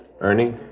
Ernie